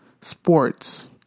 sports